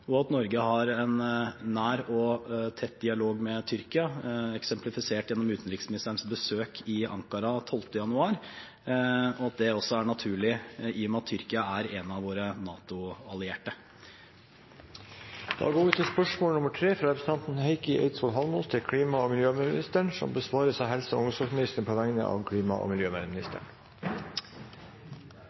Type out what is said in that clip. og Norge har en nær og tett dialog med Tyrkia, eksemplifisert gjennom utenriksministerens besøk i Ankara den 12. januar, og det er også naturlig, i og med at Tyrkia er en av våre NATO-allierte. Dette spørsmålet, fra representanten Heikki Eidsvoll Holmås til klima- og miljøministeren, vil bli besvart av helse- og omsorgsministeren på vegne av klima- og